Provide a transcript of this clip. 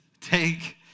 take